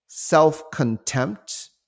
self-contempt